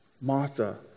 Martha